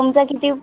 तुमचं किती